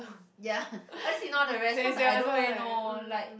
ya I'll just ignore the rest cause I don't really know like